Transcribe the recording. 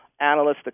analysts